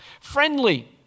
Friendly